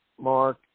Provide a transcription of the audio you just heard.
Mark